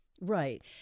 Right